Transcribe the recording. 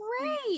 great